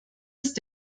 ist